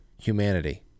humanity